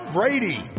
Brady